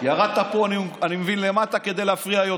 ירדת פה, אני מבין, למטה, כדי להפריע יותר.